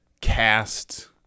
cast